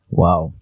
wow